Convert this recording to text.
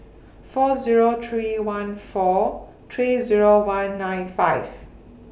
four Zero three one four three Zero one nine five